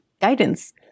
guidance